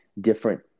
different